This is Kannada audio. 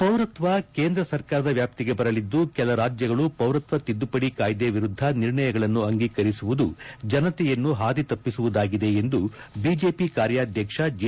ಪೌರತ್ವ ಕೇಂದ್ರ ಸರ್ಕಾರದ ವ್ಯಾಪ್ತಿಗೆ ಬರಲಿದ್ದು ಕೆಲ ರಾಜ್ಯಗಳು ಪೌರತ್ವ ತಿದ್ದುಪಡಿ ಕಾಯ್ದೆ ವಿರುದ್ದ ನಿರ್ಣಯಗಳನ್ನು ಅಂಗೀಕರಿಸುವುದು ಜನತೆಯನ್ನು ಹಾದಿ ತಪ್ಪಿಸುವುದಾಗಿದೆ ಎಂದು ಬಿಜೆಪಿ ಕಾರ್ಯಾಧ್ಯಕ್ಷ ಜೆ